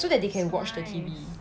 so that they can watch the T_V